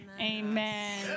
Amen